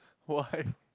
why